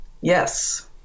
yes